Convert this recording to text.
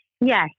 Yes